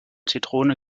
zitrone